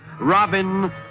Robin